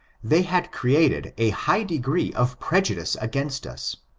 they had created a high degree of prejudice against us.